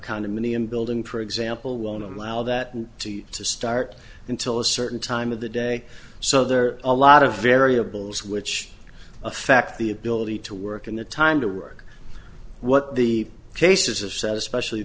condominium building for example won't allow that to start until a certain time of the day so there are a lot of variables which affect the ability to work in the time to work what the case is of says specially